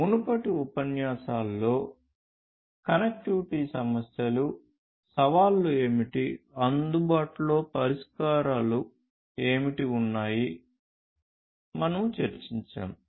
మునుపటి ఉపన్యాసాలలో కనెక్టివిటీ సమస్యలు సవాళ్లు ఏమిటి అందుబాటులో పరిష్కారాలు ఏమిటి ఉన్నాయి మనము చర్చించాము